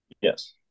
Yes